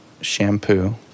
shampoo